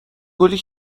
گلی